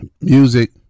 music